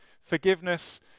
forgiveness